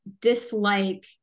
dislike